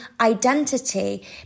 identity